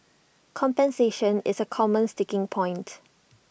compensation is A common sticking point